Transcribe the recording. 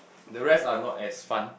the rest are not as fun